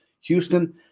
Houston